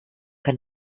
que